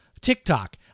TikTok